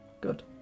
Good